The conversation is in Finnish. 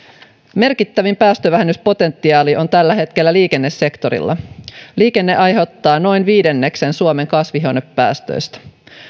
merkittävin päästövähennyspotentiaali on tällä hetkellä liikennesektorilla liikenne aiheuttaa noin viidenneksen suomen kasvihuonepäästöistä